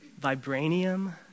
Vibranium